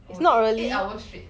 oh eight eight hours straight